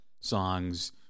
songs